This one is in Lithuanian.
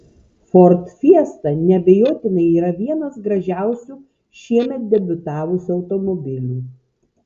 ford fiesta neabejotinai yra vienas gražiausių šiemet debiutavusių automobilių